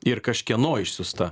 ir kažkieno išsiųsta